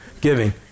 giving